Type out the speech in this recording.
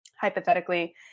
hypothetically